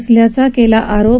असल्याचा केला आरोप